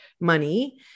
money